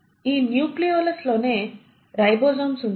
ఈ న్యూక్లియోలస్ లోనే రైబోసోమ్స్ ఉంటాయి